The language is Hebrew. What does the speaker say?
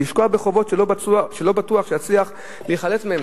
לשקוע בחובות שלא בטוח שאצליח להיחלץ מהם,